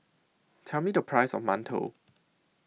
Tell Me The Price of mantou